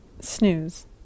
snooze